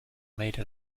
made